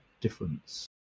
difference